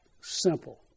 simple